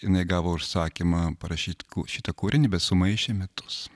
jinai gavo užsakymą parašyt šitą kūrinį bet sumaišė metus